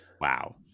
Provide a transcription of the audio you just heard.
wow